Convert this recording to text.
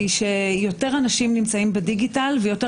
שיותר אנשים נמצאים בדיגיטל ויותר